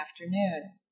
afternoon